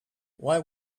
why